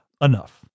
Enough